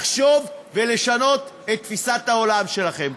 לחשוב ולשנות את תפיסת העולם שלכם.